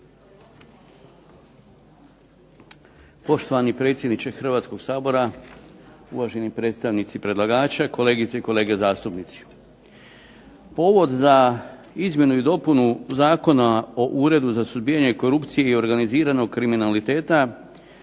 Poštovani predsjedniče Hrvatskog sabora, uvaženi predstavnici predlagača, kolegice i kolege zastupnici. Povod za izmjenu i dopunu Zakona o Uredu za suzbijanje korupcije i organiziranog kriminaliteta